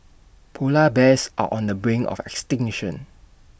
Polar Bears are on the brink of extinction